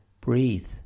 Breathe